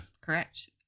Correct